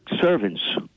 servants